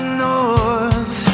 north